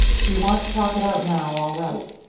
if you want to talk it out now, all right.